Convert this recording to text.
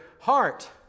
heart